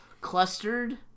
clustered